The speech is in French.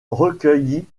recueillit